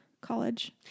college